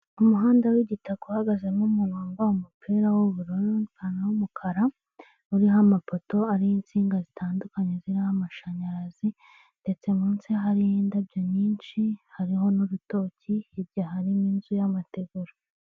Umuhanda wi'gitaka uhagazemo umuntu wambaye umupira w'ubururu n' ipantaro y'umukara, uriho amapoto ariho insinga zitandukanye ziriho amashanyarazi, ndetse munsi hariyo indabyo nyinshi, hariho n'urutoki hirya harimo inzu y'amategura.